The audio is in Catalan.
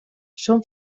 són